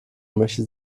möchte